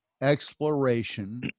exploration